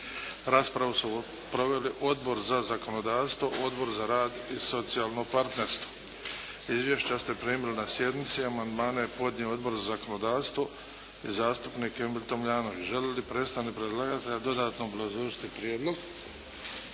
Raspravu su proveli Odbor za zakonodavstvo, Odbor za rad i socijalno partnerstvo. Izvješća ste primili na sjednici. Amandmane je podnio Odbor za zakonodavstvo i zastupnik Emil Tomljanović. Želi li predstavnik predlagatelja dodatno obrazložiti prijedlog?